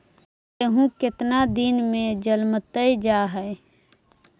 गेहूं केतना दिन में जलमतइ जा है?